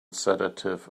sedative